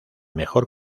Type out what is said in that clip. mejor